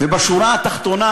בשורה התחתונה